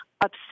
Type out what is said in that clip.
upset